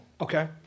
Okay